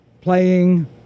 playing